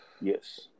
yes